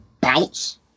Bounce